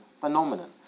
phenomenon